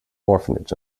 orphanage